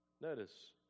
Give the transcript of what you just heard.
Notice